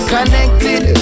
Connected